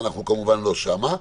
ואנחנו כמובן לא שם.